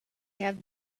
have